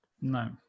No